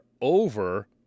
over